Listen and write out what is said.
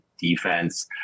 defense